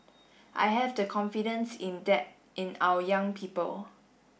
I have the confidence in that in our young people